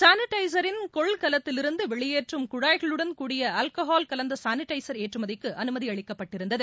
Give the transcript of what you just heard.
சாளிடைசிள் கொள்கலத்திலிருந்து வெளியேற்றும் குழாய்களுடன்கூடிய ஆல்கஹால் கலந்த சானிடைசர் ஏற்றுமதிக்கு அனுமதி அளிக்கப்பட்டிருந்தது